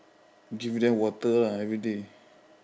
give them water ah everyday